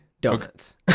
Donuts